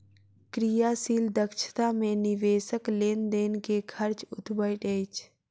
क्रियाशील दक्षता मे निवेशक लेन देन के खर्च उठबैत अछि